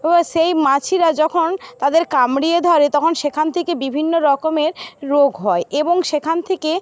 এবার সেই মাছিরা যখন তাদের কামড়িয়ে ধরে তখন সেখান থেকে বিভিন্ন রকমের রোগ হয় এবং সেখান থেকে